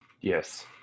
Yes